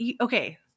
okay